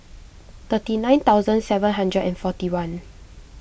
thirty nine thousand seven hundred and forty one